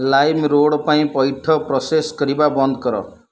ଲାଇମ୍ରୋଡ଼୍ ପାଇଁ ପଇଠ ପ୍ରୋସେସ୍ କରିବା ବନ୍ଦ କର